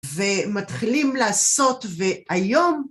ומתחילים לעשות והיום